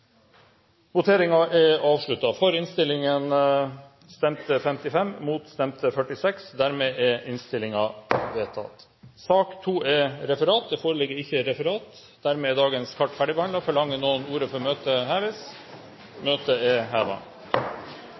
innstillingen. Det foreligger ikke noe referat. Dermed er dagens kart ferdigbehandlet. Forlanger noen ordet før møtet heves? – Møtet er